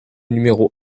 numéro